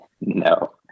No